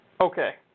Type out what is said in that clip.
Okay